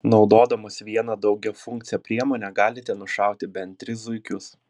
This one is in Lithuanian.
naudodamos vieną daugiafunkcę priemonę galite nušauti bent tris zuikius